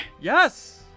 Yes